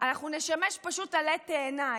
נשמש עלה תאנה.